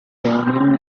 born